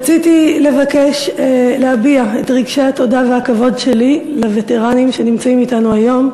רציתי להביע את רגשי התודה והכבוד שלי לווטרנים שנמצאים אתנו היום,